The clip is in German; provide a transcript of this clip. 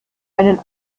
einen